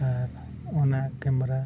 ᱟᱨ ᱚᱱᱟ ᱠᱮᱢᱮᱨᱟ